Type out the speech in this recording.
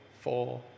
four